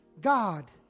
God